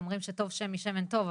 אומרים ש"טוב שם משמן טוב",